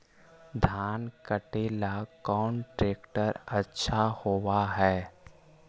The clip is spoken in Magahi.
धान कटे ला कौन ट्रैक्टर अच्छा होबा है?